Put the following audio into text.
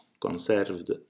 conserved